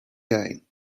gain